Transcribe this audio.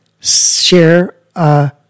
share